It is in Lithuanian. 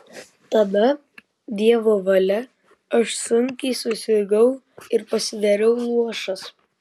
tada dievo valia aš sunkiai susirgau ir pasidariau luošas